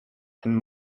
and